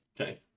okay